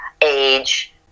age